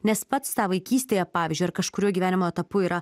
nes pats tą vaikystėje pavyzdžiui ar kažkuriuo gyvenimo etapu yra